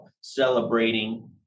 celebrating